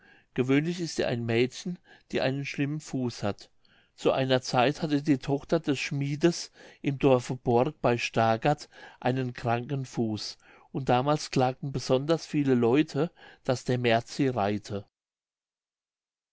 gewöhnlich ist er ein mädchen die einen schlimmen fuß hat zu einer zeit hatte die tochter des schmieds im dorfe bork bei stargard einen kranken fuß und damals klagten besonders viele leute daß der märt sie reite